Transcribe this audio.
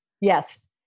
Yes